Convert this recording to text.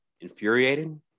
infuriating